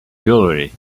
jewellery